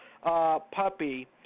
Puppy